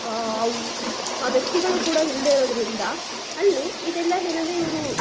ಆ ವ್ಯಕ್ತಿಗಳು ಕೂಡ ಇಲ್ದೆ ಇರೋದರಿಂದ ಅಲ್ಲಿ ಇದೆಲ್ಲ ಏನಂದ್ರೆ ಇವರು